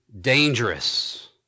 dangerous